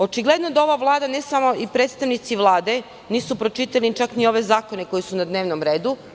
Očigledno da predstavnici Vlade nisu pročitali čak ni ove zakone koji su na dnevnom redu.